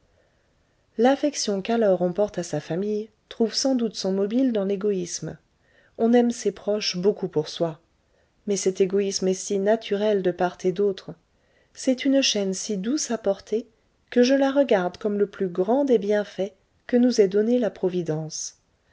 l'affection qu'alors on porte à sa famille trouve sans doute son mobile dans l'égoïsme on aime ses proches beaucoup pour soi mais cet égoïsme est si naturel de part et d'autre c'est une chaîne si douce à porter que je la regarde comme le plus grand des bienfaits que nous ait donnés la providence